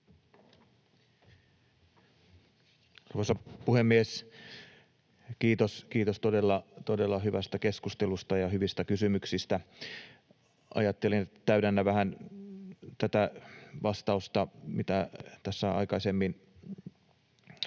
Arvoisa puhemies! Kiitos todella hyvästä keskustelusta ja hyvistä kysymyksistä. Ajattelin, että täydennän vähän vastausta, mitä tässä aikaisemmin toimitin